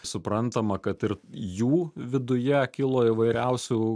suprantama kad ir jų viduje kilo įvairiausių